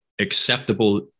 Acceptable